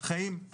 חיים,